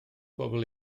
bobol